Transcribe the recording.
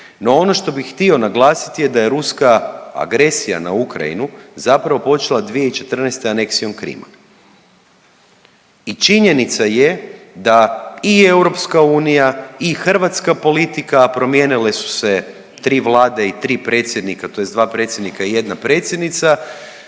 No ono što bih htio naglasiti je da je ruska agresija na Ukrajinu zapravo počela 2014. aneksijom Krima i činjenica je da i EU i hrvatska politika promijenile su se tri Vlade i tri predsjednika, tj. dva predsjednika i jedna predsjednica